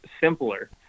simpler